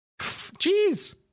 Jeez